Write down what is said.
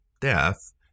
death